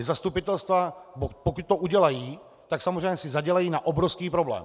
Zastupitelstva, pokud to udělají, samozřejmě si zadělají na obrovský problém.